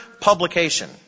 publication